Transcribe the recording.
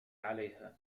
عليها